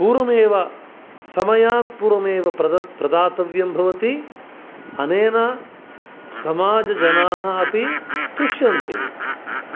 पूर्वमेव समयात् पूर्वमेव प्रदत् प्रदातव्यं भवति अनेन सामजजनाः अपि तुष्यन्ति